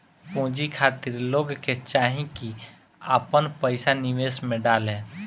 पूंजी खातिर लोग के चाही की आपन पईसा निवेश में डाले